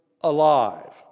alive